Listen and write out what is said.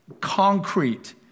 concrete